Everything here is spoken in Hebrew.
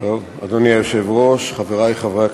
אדוני היושב-ראש, חברי חברי הכנסת,